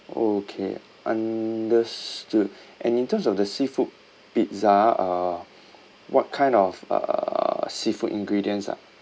okay understood and in terms of the seafood pizza uh what kind of uh seafood ingredients are